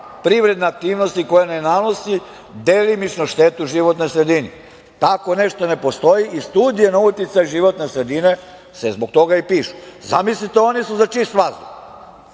privredne aktivnosti koja ne nanosi delimično štetu životnoj sredini. Tako nešto ne postoji i studije na uticaj životne sredine se zbog toga i pišu. Zamislite, oni su za čist vazduh.